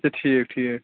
اچھا ٹھیٖک ٹھیٖک